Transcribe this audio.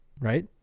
right